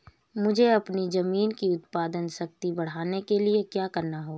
मुझे अपनी ज़मीन की उत्पादन शक्ति बढ़ाने के लिए क्या करना होगा?